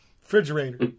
Refrigerator